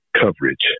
coverage